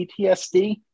ptsd